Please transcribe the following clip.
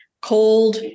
Cold